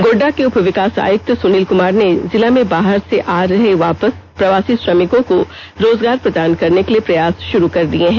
गोड्डा के उप विकास आयुक्त सुनील कुमार ने जिला में बाहर से वापस आ रहे प्रवासी श्रमिकों को रोजगार प्रदान करने के लिए प्रयास शुरू कर दिये हैं